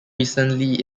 recently